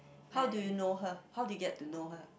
how do you know her how did you get to know her